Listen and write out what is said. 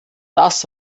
das